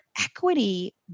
equity